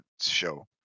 show